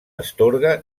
astorga